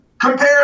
Compare